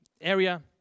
area